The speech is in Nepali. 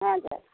हजुर